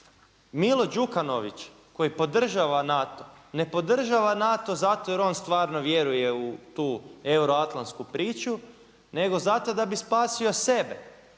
Milo Đukanović koji podržava NATO ne podržava NATO zato jer on stvarno vjeruje u tu euroatlantsku priču nego zato da bi spasio sebe.